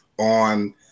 on